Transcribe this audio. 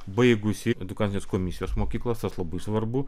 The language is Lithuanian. baigusi edukacinės komisijos mokyklas tas labai svarbu